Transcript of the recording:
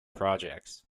projects